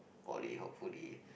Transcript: Poly hopefully